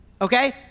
Okay